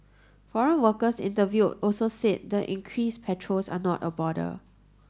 foreign workers interviewed also said the increased patrols are not a bother